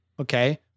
Okay